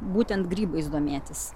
būtent grybais domėtis